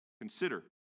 consider